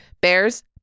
bears